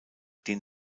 den